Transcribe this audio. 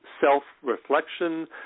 self-reflection